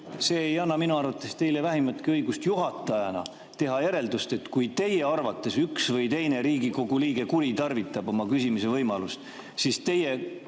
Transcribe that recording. ei anna minu arvates teile vähimatki õigust juhatajana teha järeldust, et kui teie arvates üks või teine Riigikogu liige kuritarvitab oma küsimise võimalust, siis teie